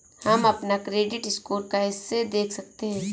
हम अपना credit score कैसे देख सकते हैं?